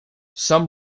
some